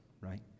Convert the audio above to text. right